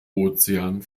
ozean